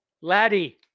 Laddie